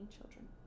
children